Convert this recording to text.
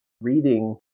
reading